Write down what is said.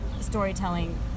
storytelling